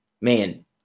man